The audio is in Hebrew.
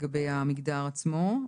לגבי המגדר עצמו.